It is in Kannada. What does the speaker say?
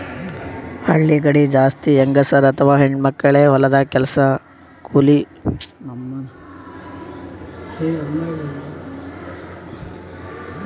ಹಳ್ಳಿ ಕಡಿ ಜಾಸ್ತಿ ಹೆಂಗಸರ್ ಅಥವಾ ಹೆಣ್ಣ್ ಮಕ್ಕಳೇ ಹೊಲದಾಗ್ ಕೂಲಿ ಕೆಲ್ಸ್ ಮಾಡ್ತಾರ್